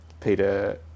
Peter